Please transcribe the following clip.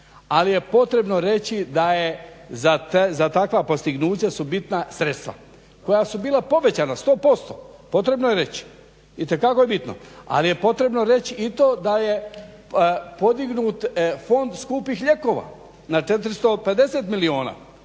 ali je potrebno reći za takva postignuća su bitna sredstva koja su bila povećana 100% potrebno je reć, itekako je bitno. Ali je potrebno reć i to da je podignut fond skupih lijekova na 450 milijuna,